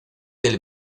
del